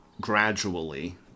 gradually